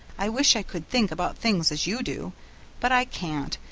i wish i could think about things as you do but i can't,